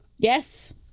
Yes